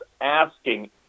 asking